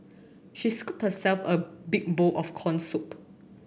she scooped herself a big bowl of corn soup